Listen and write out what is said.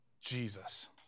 Jesus